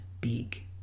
big